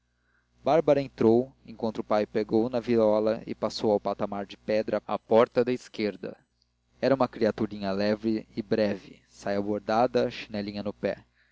bárbara entrou enquanto o pai pegou da viola e passou ao patamar de pedra à porta da esquerda era uma criaturinha leve e breve saia bordada chinelinha no pé